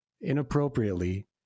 inappropriately